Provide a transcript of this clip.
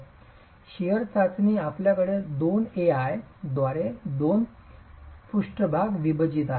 shear चाचणी आपल्याकडे 2Ai 2एआय द्वारे पृष्ठभाग विभाजित आहेत